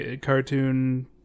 cartoon